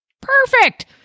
Perfect